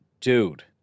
dude